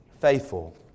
faithful